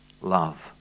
love